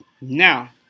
Now